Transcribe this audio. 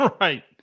Right